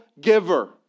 giver